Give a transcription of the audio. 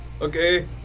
Okay